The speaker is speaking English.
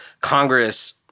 Congress